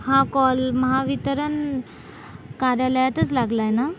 हा कॉल महावितरण कार्यालयातच लागलाय ना